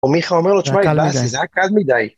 או מיכה אומר לו תשמע... זה היה קד מדי.